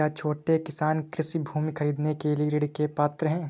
क्या छोटे किसान कृषि भूमि खरीदने के लिए ऋण के पात्र हैं?